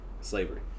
slavery